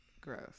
Gross